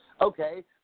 Okay